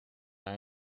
naar